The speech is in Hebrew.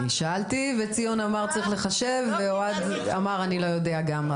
אני שאלתי וציון ענה שצריך לחשב ואוהד אמר שהוא לא יודע גם,